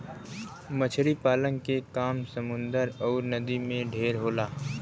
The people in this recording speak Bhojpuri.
मछरी पालन के काम समुन्दर अउर नदी में ढेर होला